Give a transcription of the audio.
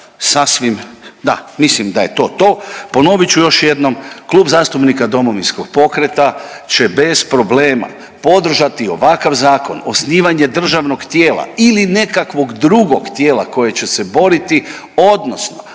da mislim da je to to. Ponovit ću još jednom. Klub zastupnika Domovinskog pokreta će bez problema podržati ovakav zakon, osnivanje državnog tijela ili nekakvog drugog tijela koje će se boriti odnosno